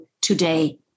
today